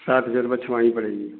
सात हज़ार रुपए छमाही पड़ेगी